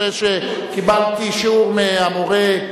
אחרי שקיבלתי אישור מהמורה,